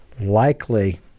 likely